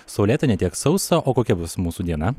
saulėta ne tiek sausa o kokia bus mūsų diena